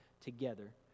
together